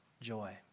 joy